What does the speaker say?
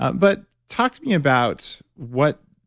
ah but talk to me about what,